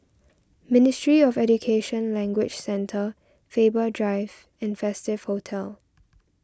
Ministry of Education Language Centre Faber Drive and Festive Hotel